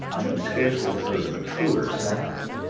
i have scarcely heard of a truer sacrament,